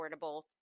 affordable